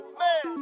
man